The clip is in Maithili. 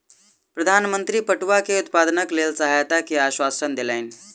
प्रधान मंत्री पटुआ के उत्पादनक लेल सहायता के आश्वासन देलैन